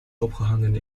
opgehangen